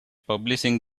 publishing